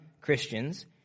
Christians